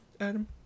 Adam